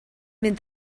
mynd